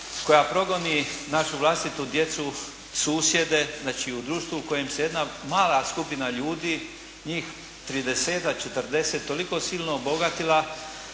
koja progoni našu vlastitu djecu, susjede, znači u društvu u kojem se jedna mala skupina ljudi, njih 30-tak, 40 toliko silno obogatila